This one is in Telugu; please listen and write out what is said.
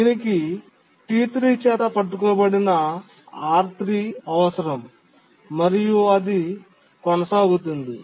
దీనికి T3 చేత పట్టుకోబడిన R3 అవసరం మరియు అది కొనసాగుతుంది